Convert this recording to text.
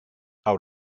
out